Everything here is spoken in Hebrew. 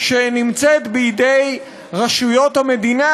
שנמצאת בידי רשויות המדינה,